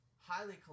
highly